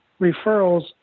referrals